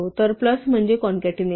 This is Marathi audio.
तर प्लस म्हणजे कॉंकॅटीनेशन